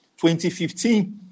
2015